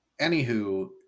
anywho